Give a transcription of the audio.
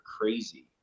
crazy